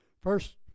First